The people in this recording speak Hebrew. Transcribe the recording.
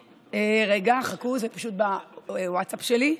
רגע, חכו, זה פשוט בווטסאפ שלי,